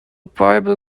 bible